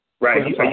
Right